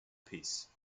peace